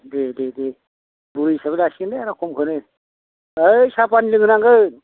दे दे दे बुरि हिसाबै लासिगोन दे आरो खमखौनो ओइ साहा फानि लोंहोनांगोन